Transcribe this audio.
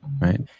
Right